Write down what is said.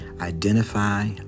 identify